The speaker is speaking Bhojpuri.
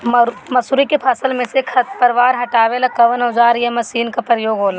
मसुरी के फसल मे से खरपतवार हटावेला कवन औजार या मशीन का प्रयोंग होला?